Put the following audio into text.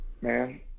man